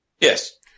Yes